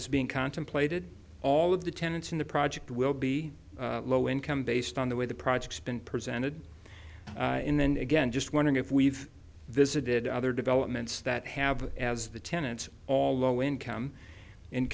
is being contemplated all of the tenants in the project will be low income based on the way the project's been presented in and again just wondering if we've visited other developments that have as the tenants all low income and